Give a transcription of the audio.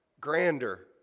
grander